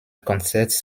concerts